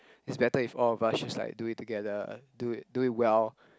it's better if all of us just like do it together do it do it well